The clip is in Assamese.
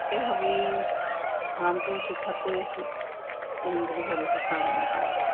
তাকে ভাবি ফাৰ্মটো ঠিক ঠাক কৰি আছোঁ পুহিম বুলি ভাবিছোঁ ফাৰ্ম মোৰ কাৰণে